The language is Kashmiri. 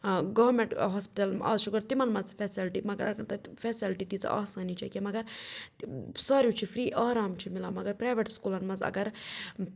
گارمٮ۪نٛٹ ہاسپِٹل اَز چھِ گۄڈٕ تِمَن منٛز تہِ فیسَلٹی مگر تَتہِ فیسَلٹی تیٖژاہ آسٲنی چھےٚ کہِ مگر ساروی چھِ فِرٛی آرام چھِ مِلان مگر پرٛایویٹ سکوٗلَن منٛز اگر